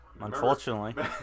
unfortunately